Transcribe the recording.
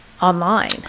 online